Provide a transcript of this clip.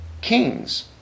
kings